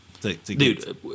Dude